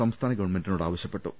സംസ്ഥാന ഗവൺമെന്റിനോട് ആവശ്യപ്പെട്ടു